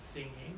singing